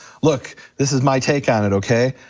look, this is my take on it, okay?